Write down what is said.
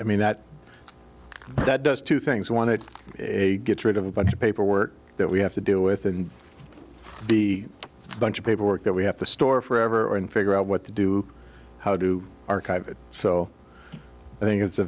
i mean that that does two things one it a gets rid of a bunch of paperwork that we have to deal with and the bunch of paperwork that we have to store forever and figure out what to do how do archive it so i think it's a